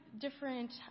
different